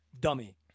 dummy